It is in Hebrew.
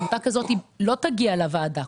עמותה כזאת לא תגיע לוועדה.